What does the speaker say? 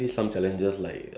um